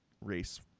race